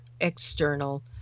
external